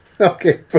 Okay